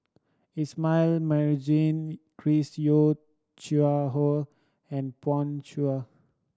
Ismail Marjan Chris Yeo Siew Hua and Pan Shou